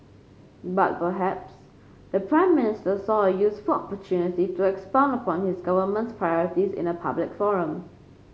but perhaps the Prime Minister saw a useful opportunity to expound upon his government's priorities in a public forum